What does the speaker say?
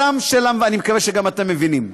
אני מקווה שגם אתם מבינים.